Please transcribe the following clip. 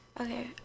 okay